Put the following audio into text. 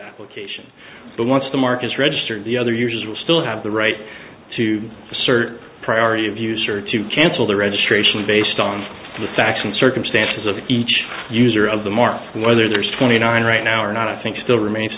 application but once the mark is registered the other users will still have the right to assert priority of user to cancel the registry based on the facts and circumstances of each user of the market whether there's twenty nine right now or not i think still remains